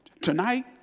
tonight